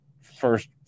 first